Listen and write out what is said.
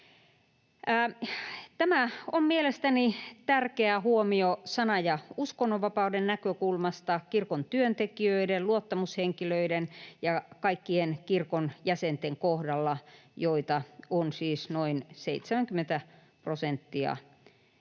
Tämä on mielestäni tärkeä huomio sanan- ja uskonnonvapauden näkökulmasta kirkon työntekijöiden, luottamushenkilöiden ja kaikkien kirkon jäsenten kohdalla, joita on siis väestöstämme noin 70 prosenttia — tai